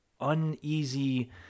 uneasy